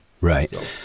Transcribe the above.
Right